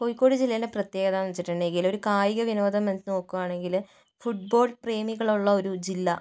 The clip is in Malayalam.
കോഴിക്കോട് ജില്ലയിലെ പ്രത്യേകതാന്ന് വെച്ചിട്ടുണ്ടെങ്കില് ഒര് കായിക വിനോദം എടുത്ത് നോക്കുവാണെങ്കില് ഫുട്ബോൾ പ്രേമികളുള്ള ഒരു ജില്ല